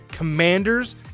commanders